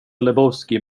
lebowski